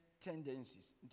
tendencies